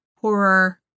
horror